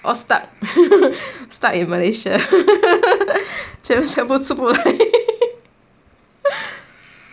all stuck stuck in malaysia 全部出不来